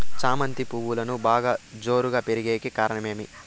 చామంతి పువ్వులు బాగా జోరుగా పెరిగేకి కారణం ఏమి?